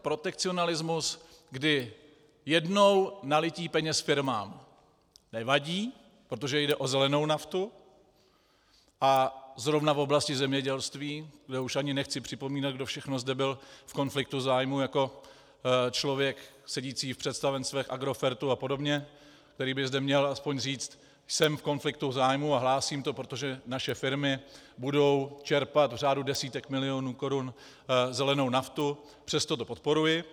Protekcionalismus, kdy jednou nalití peněz firmám nevadí, protože jde o zelenou naftu, a zrovna v oblasti zemědělství, kde už ani nechci připomínat, kdo všechno zde byl v konfliktu zájmů jako člověk sedící v představenstvech Agrofertu a podobně, který by zde měl aspoň říct: Jsem v konfliktu zájmů a hlásím to, protože naše firmy budou čerpat v řádu desítek milionů korun zelenou naftu, přesto to podporuji.